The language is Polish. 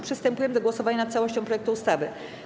Przystępujemy do głosowania nad całością projektu ustawy.